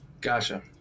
Gotcha